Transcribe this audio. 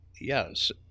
yes